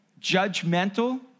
judgmental